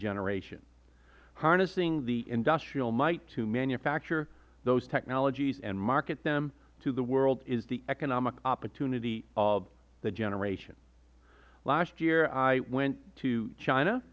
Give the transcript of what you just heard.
generation harnessing the industrial might to manufacture those technologies and market them to the world is the economic opportunity of the generation last year i went to china